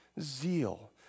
zeal